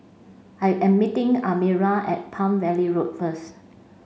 I am meeting Almira at Palm Valley Road first